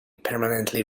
permanently